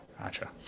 Gotcha